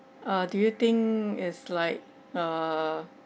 uh do you think is like err